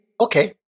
Okay